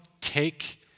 Take